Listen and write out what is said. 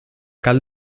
cal